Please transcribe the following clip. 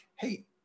hey